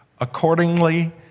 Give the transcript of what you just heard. Accordingly